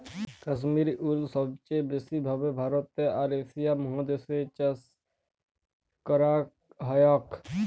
Kashmir wool সবচে ব্যাসি ভাবে ভারতে আর এশিয়া মহাদেশ এ চাষ করাক হয়ক